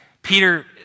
Peter